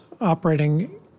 operating